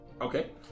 Okay